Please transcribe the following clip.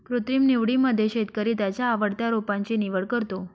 कृत्रिम निवडीमध्ये शेतकरी त्याच्या आवडत्या रोपांची निवड करतो